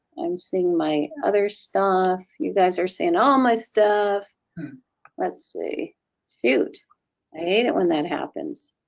i'm seeing my other stuff you guys are saying all my stuff let's see dude i hate it when that happens